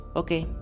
okay